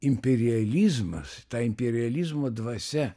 imperializmas ta imperializmo dvasia